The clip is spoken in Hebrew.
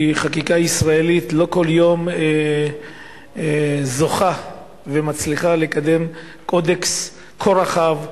כי חקיקה ישראלית לא כל יום זוכה ומצליחה לקדם קודקס כה רחב,